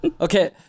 Okay